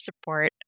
support